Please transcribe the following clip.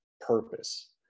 purpose